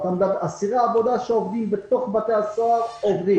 אסירי עבודה שעובדים בתוך בתי הסוהר עובדים.